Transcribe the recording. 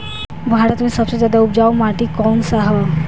भारत मे सबसे ज्यादा उपजाऊ माटी कउन सा ह?